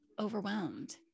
overwhelmed